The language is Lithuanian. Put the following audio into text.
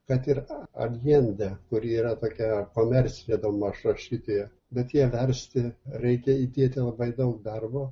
kad ir aljendė kuri yra tokia komercinė daugmaž rašytoja bet ją versti reikia įdėti labai daug darbo